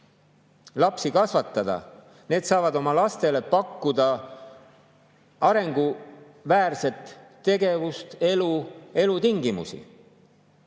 lapsi kasvatada, saavad oma lastele pakkuda arenguväärset tegevust, elu, elutingimusi.